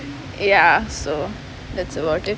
ya so that's about it